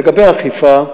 לגבי האכיפה,